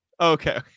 Okay